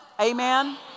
Amen